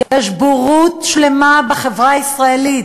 יש גם בורות שלמה בחברה הישראלית,